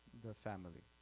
the family.